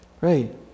Right